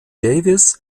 davis